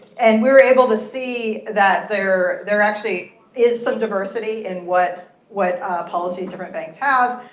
and we were able to see that there there actually is some diversity in what what policies different banks have?